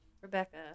Rebecca